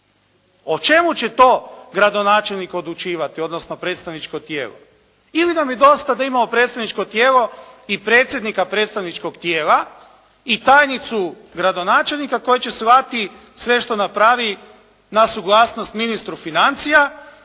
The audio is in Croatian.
O čemu će to gradonačelnik odlučivati, odnosno predstavničko tijelo? Ili nam je dosta da imamo predstavničko tijelo i predsjednika predstavničkog tijela i tajnicu gradonačelnika koja će slati sve što napravi na suglasnost ministru financija.